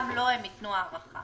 גם לו הם ייתנו הארכה.